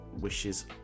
wishes